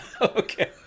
okay